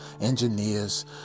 engineers